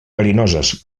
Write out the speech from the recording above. verinoses